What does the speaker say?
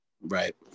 Right